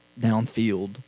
downfield